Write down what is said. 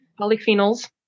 polyphenols